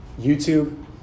YouTube